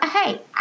hey